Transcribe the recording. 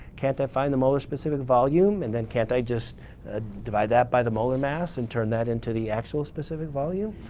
can't i find the molar specific volume and then can't i just ah divide that by the molar mass and turn that into the actual specific value?